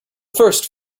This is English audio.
first